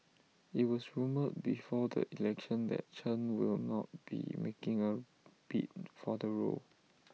IT was rumoured before the election that Chen will not be making A bid for the role